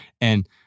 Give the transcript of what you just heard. And-